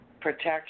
protection